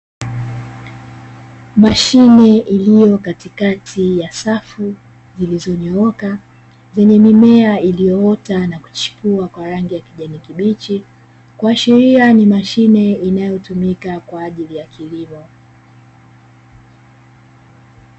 Mashine iliyo katikati ya safu ilizonyooka, zenye mimea iliyoota na kuchipua kwa rangi ya kijani kibichi, kuashiria ni mashine inayotumika kwa ajili ya kilimo.